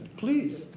please.